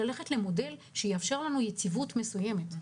היא ללכת למודל שיאפשר לנו יציבות מסוימת.